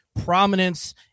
prominence